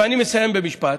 ואני מסיים במשפט.